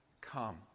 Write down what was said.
come